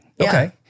Okay